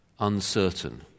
uncertain